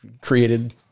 created